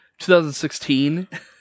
2016